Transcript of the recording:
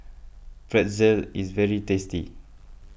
Pretzel is very tasty